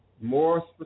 more